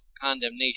condemnation